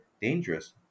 dangerous